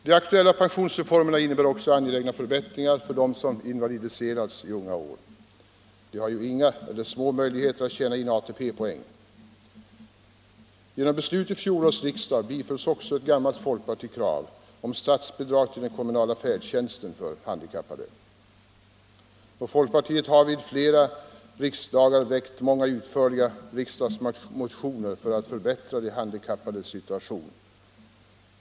De aktuella pensionsreformerna innebär också angelägna förbättringar för dem som invalidiserats i unga år. De har ju inga eller små möjligheter att tjäna in ATP-poäng. Genom beslut vid fjolårets riksdag bifölls också ett gammalt folkpartikrav om statsbidrag till den kommunala färdtjänsten för handikappade. Folkpartiet har vid flera riksdagar väckt många utförliga riksdagsmotioner för att förbättra de handikappades situation.